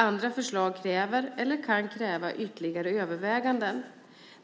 Andra förslag kräver eller kan kräva ytterligare överväganden.